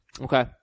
Okay